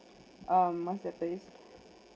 um what's that place